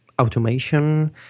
automation